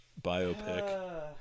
biopic